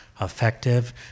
effective